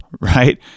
right